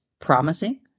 promising